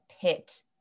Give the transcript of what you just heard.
pit